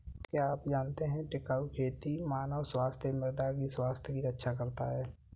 क्या आप जानते है टिकाऊ खेती मानव स्वास्थ्य एवं मृदा की स्वास्थ्य की रक्षा करता हैं?